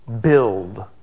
Build